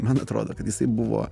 man atrodo kad jisai buvo